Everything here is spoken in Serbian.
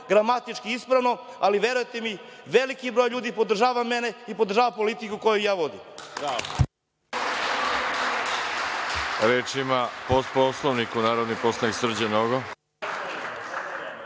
gramatički ispravno, ali verujte mi veliki broj ljudi podržava mene i podržava politiku koju ja vodim.